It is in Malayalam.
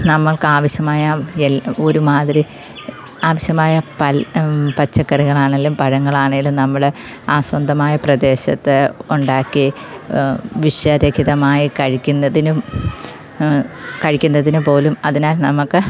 നമ്മൾക്കാവശ്യമായ എൽ ഒരുമാതിരി ആവശ്യമായ പൽ പച്ചക്കറികളാണെങ്കിലും പഴങ്ങളാണെങ്കിലും നമ്മൾ ആ സ്വന്തമായ പ്രദേശത്ത് ഉണ്ടാക്കി വിഷരഹിതമായി കഴിക്കുന്നതിനും കഴിക്കുന്നതിനു പോലും അതിനാൽ നമുക്ക്